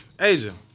Asia